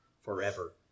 forever